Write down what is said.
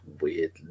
Weird